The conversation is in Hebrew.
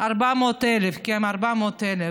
כי הם 400,000,